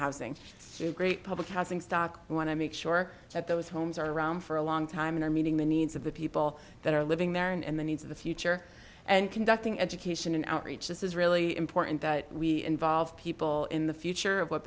housing through great public housing stock we want to make sure that those homes are around for a long time and are meeting the needs of the people that are living there and the needs of the future and conducting education and outreach is really important that we involve people in the future of what